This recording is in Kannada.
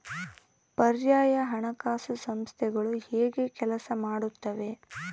ಪರ್ಯಾಯ ಹಣಕಾಸು ಸಂಸ್ಥೆಗಳು ಹೇಗೆ ಕೆಲಸ ಮಾಡುತ್ತವೆ?